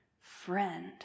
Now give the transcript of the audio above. Friend